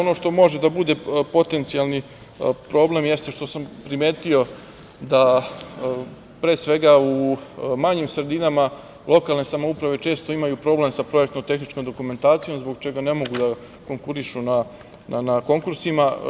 Ono što može da bude potencijalni problem, jeste što sam primetio da pre svega u manjim sredinama, lokalne samouprave imaju problem sa projektno tehničkom dokumentacijom, zbog čega ne mogu da konkurišu na konkursima.